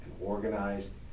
organized